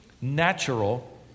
natural